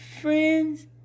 friends